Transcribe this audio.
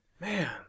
Man